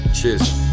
Cheers